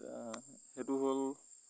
সেইটো হ'ল